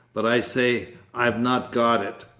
but i say, i've not got it.